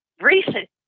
recent